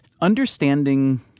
understanding